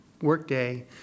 Workday